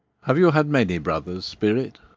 have you had many brothers, spirit?